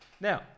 Now